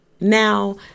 Now